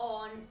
on